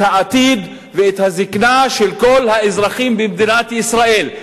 העתיד ואת הזיקנה של כל האזרחים במדינת ישראל.